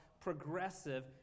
progressive